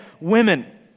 women